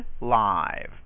live